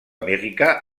américa